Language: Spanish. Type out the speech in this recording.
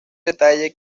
detalle